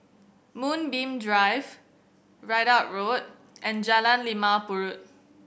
Moonbeam Drive Ridout Road and Jalan Limau Purut